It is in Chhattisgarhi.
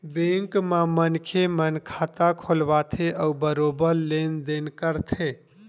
बेंक म मनखे मन खाता खोलवाथे अउ बरोबर लेन देन करथे